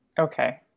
Okay